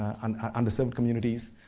and ah underserved communities,